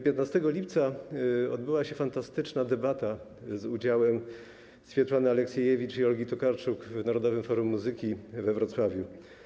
15 lipca odbyła się fantastyczna debata z udziałem Swietłany Aleksijewicz i Olgi Tokarczuk w Narodowym Forum Muzyki we Wrocławiu.